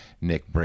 Nick